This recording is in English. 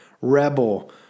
rebel